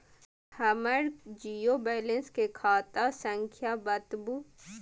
हमर zero balance के खाता संख्या बतबु?